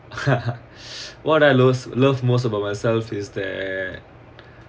what I love most about myself is that